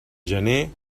gener